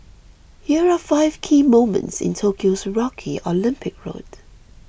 here are five key moments in Tokyo's rocky Olympic road